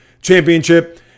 championship